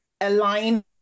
align